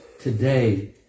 today